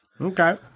Okay